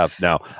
Now